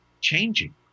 changing